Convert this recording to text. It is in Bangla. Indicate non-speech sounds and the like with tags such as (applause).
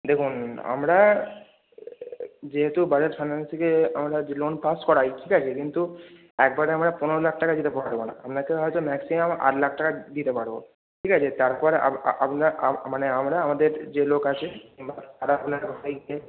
দেখুন আমরা যেহেতু বাজাজ ফাইন্যান্স থেকে আমরা যে লোন পাস করাই ঠিক আছে কিন্তু একবারে আমরা পনেরো লাখ টাকা দিতে পারবো না আপনাকে হয়তো ম্যাক্সিমাম আট লাখ টাকা দিতে পারবো ঠিক আছে তারপর আপনা মানে আমরা আমাদের যে লোক আছে কিংবা (unintelligible)